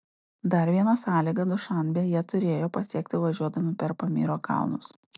dar viena sąlyga dušanbę jie turėjo pasiekti važiuodami per pamyro kalnus